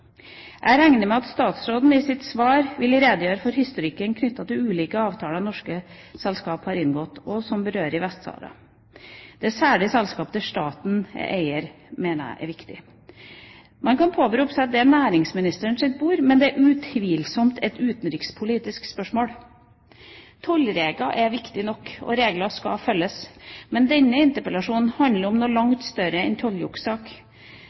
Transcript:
Jeg regner med at utenriksministeren i sitt svar vil redegjøre for historikken knyttet til ulike avtaler norske selskaper har inngått som berører Vest-Sahara, og da særlig selskaper der staten er eier. Det mener jeg er viktig. Man kan påberope seg at det er næringsministerens bord, men det er utvilsomt et utenrikspolitisk spørsmål. Tollregler er viktig nok, og regler skal følges. Men denne interpellasjonen handler om noe som er langt større enn